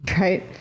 right